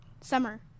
summer